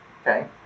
Okay